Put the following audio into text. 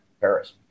Paris